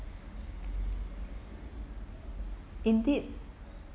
indeed